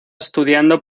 estudiando